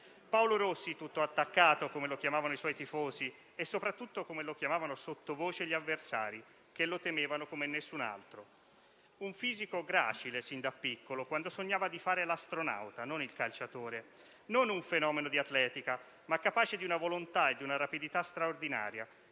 "PaoloRossi", tutto attaccato, come lo chiamavano i suoi tifosi, e soprattutto come lo chiamavano sottovoce gli avversari, che lo temevano come nessun altro. Un fisico gracile sin da piccolo, quando sognava di fare l'astronauta, non il calciatore, non un fenomeno di atletica, ma capace di una volontà e di una rapidità straordinaria